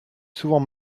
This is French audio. souvent